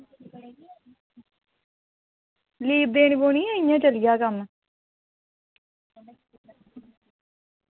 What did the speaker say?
leave देनी पौनी जां इ'यां चली जाह्ग कम्म